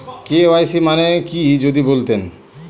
KYC মানে কি যদি বলতেন?